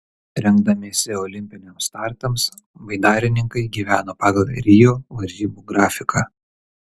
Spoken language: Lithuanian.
rengdamiesi olimpiniams startams baidarininkai gyveno pagal rio varžybų grafiką